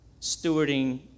stewarding